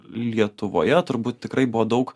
lietuvoje turbūt tikrai buvo daug